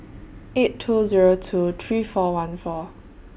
eight two Zero two three four one four